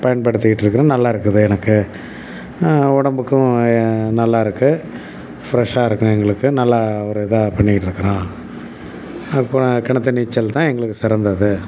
பயன்படுத்திகிட்டுக்கறேன் நல்லாயிருக்குது எனக்கு உடம்புக்கும் நல்லாயிருக்கு ஃப்ரெஷாக இருக்கும் எங்களுக்கு நல்லா ஒரு இதாக பண்ணிகிட்ருக்குறோம் அப்புறம் கிணத்து நீச்சல் தான் எங்களுக்குச் சிறந்தது